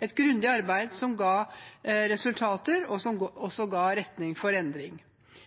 et grundig arbeid som ga resultater, og som også ga retning for endring.